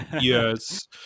yes